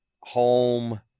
home